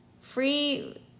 Free